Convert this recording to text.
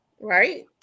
right